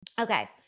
Okay